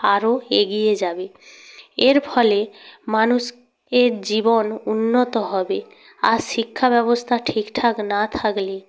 হারও এগিয়ে যাবে এর ফলে মানুষ এর জীবন উন্নত হবে আর শিক্ষা ব্যবস্থা ঠিকঠাক না থাকলে